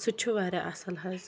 سُہ تہِ چھُ واریاہ اَصٕل حظ